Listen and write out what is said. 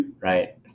right